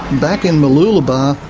back in mooloolaba,